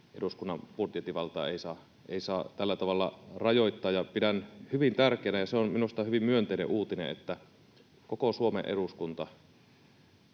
eduskunnan budjettivaltaa ei saa tällä tavalla rajoittaa. Pidän hyvin tärkeänä, ja se on minusta hyvin myönteinen uutinen, että koko Suomen eduskunta